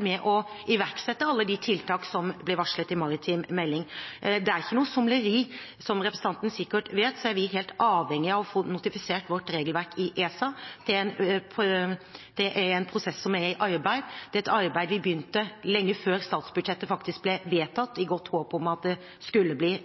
med å iverksette alle de tiltakene som ble varslet i maritim melding. Det er ikke noe somleri. Som representanten sikkert vet, er vi helt avhengige av å få notifisert vårt regelverk i ESA. Det er en prosess som er i arbeid, det er et arbeid vi begynte lenge før statsbudsjettet faktisk ble vedtatt, i